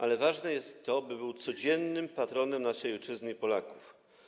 Ale ważne jest to, by był on codziennym patronem naszej ojczyzny i Polaków.